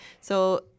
So-